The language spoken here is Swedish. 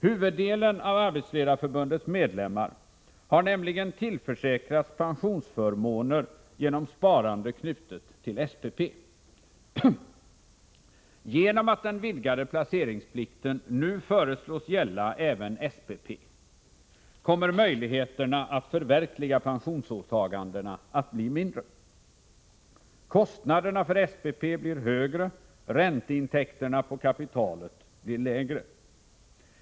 Huvuddelen av Arbetsledareförbundets medlemmar har nämligen tillförsäkrats pensionsförmåner genom sparande knutet till SPP. Genom att den vidgade placeringsplikten nu föreslås gälla även SPP, kommer möjligheterna att förverkliga pensionsåtagandena att bli mindre. Kostnaderna för SPP blir högre, ränteintäkterna på kapitalet blir lägre.